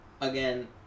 again